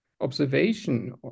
observation